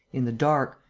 in the dark,